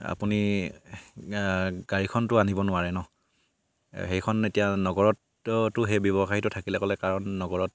আপুনি গাড়ীখনতো আনিব নোৱাৰে ন সেইখন এতিয়া নগৰতটো সেই ব্যৱসায়টো থাকিলে ক'লে কাৰণ নগৰত